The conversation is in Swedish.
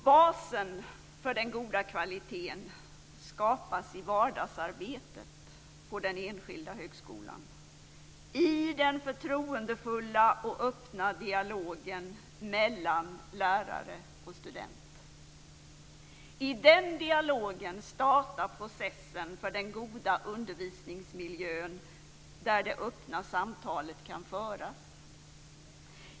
Basen för den goda kvaliteten skapas i vardagsarbetet på den enskilda högskolan i den förtroendefulla och öppna dialogen mellan lärare och student. I den dialogen startar processen för den goda undervisningsmiljön där det öppna samtalet kan föras.